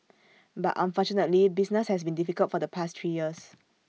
but unfortunately business has been difficult for the past three years